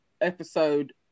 episode